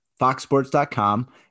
foxsports.com